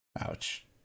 Ouch